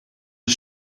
een